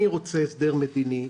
אני רוצה הסדר מדיני.